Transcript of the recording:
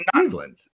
England